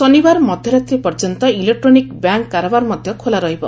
ଶନିବାର ମଧ୍ୟରାତ୍ ିପର୍ଯ୍ୟନ୍ତ ଇଲେକ୍ଟୋନିକ୍ ବ୍ୟାଙ୍କ୍ କାରବାର ମଧ୍ୟ ଖୋଲା ରହିବ